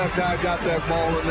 got that ball